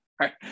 right